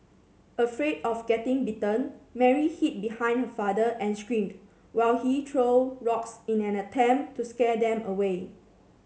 afraid of getting bitten Mary hid behind her father and screamed while he threw rocks in an attempt to scare them away